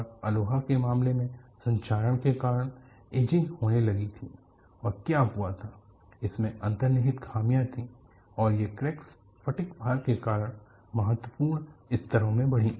और अलोहा के मामले में संक्षारण के कारण एजिंग होने लगी थी और क्या हुआ था - उसमें अंतर्निहित ख़ामियाँ थीं और ये क्रैकस फटिग भार के कारण महत्वपूर्ण स्तरों में बढ़ी